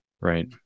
right